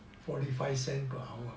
forty five cents per hour